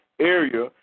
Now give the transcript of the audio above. area